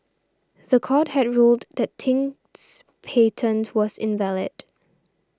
the court had ruled that Ting's patent was invalid